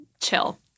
chill